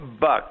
bucks